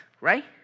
right